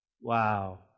Wow